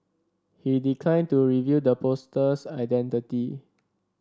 he declined to reveal the poster's identity